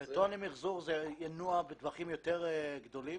בטון למחזור ינוע בטווחים יותר גבוהים.